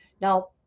Now